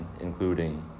including